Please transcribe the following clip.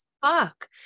Fuck